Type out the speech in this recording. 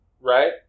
right